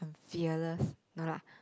fearless no lah